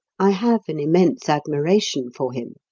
i have an immense admiration for him.